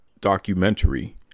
documentary